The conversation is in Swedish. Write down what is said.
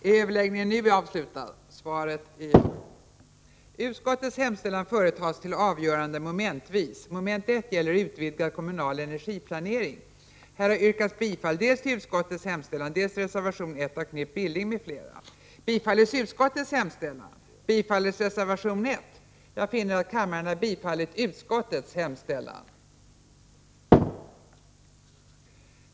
| Fru talman! Eftersom jag i långa stycken refererade reservationen blir jag ännu mera konfunderad över vad Lennart Blom egentligen drar slutsatser av. Överläggningen var härmed avslutad. Mom. I Utskottets hemställan — som ställdes mot reservation 1 av Knut Billing m.fl. — bifölls med acklamation.